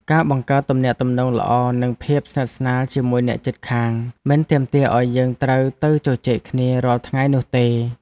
ការបង្កើតទំនាក់ទំនងល្អនិងភាពស្និទ្ធស្នាលជាមួយអ្នកជិតខាងមិនទាមទារឱ្យយើងត្រូវទៅជជែកគ្នារាល់ថ្ងៃនោះទេ។